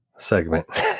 Segment